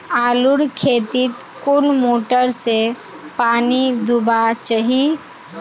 आलूर खेतीत कुन मोटर से पानी दुबा चही?